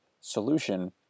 solution